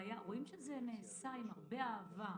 רואים שזה נעשה עם הרבה אהבה,